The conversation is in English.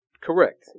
Correct